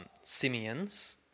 simians